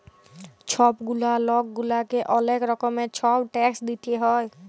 ছব গুলা লক গুলাকে অলেক রকমের ছব ট্যাক্স দিইতে হ্যয়